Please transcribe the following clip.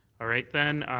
all right, then.